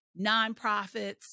nonprofits